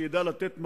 שידע לתת מענה,